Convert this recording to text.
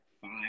five